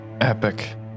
Epic